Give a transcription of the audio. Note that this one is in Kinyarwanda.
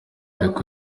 ariko